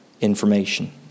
information